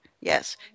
Yes